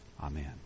Amen